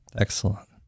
Excellent